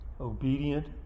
obedient